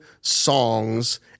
songs